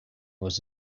was